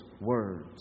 words